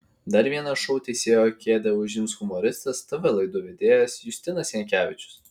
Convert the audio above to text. dar vieną šou teisėjo kėdę užims humoristas tv laidų vedėjas justinas jankevičius